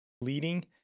leading